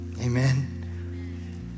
Amen